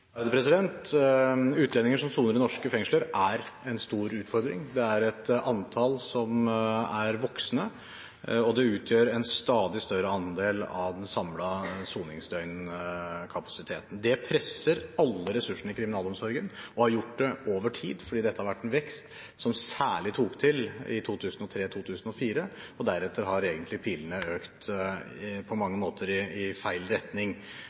som soner i norske fengsler, er en stor utfordring. Antallet er voksende, og de utgjør en stadig større andel av den samlede soningsdøgnkapasiteten. Det presser alle ressursene i kriminalomsorgen og har gjort det over tid, for dette har vært en vekst som særlig tok til i 2003–2004, og deretter har pilene egentlig pekt i feil retning.